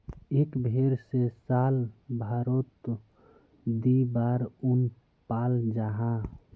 एक भेर से साल भारोत दी बार उन पाल जाहा